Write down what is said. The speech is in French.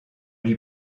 lui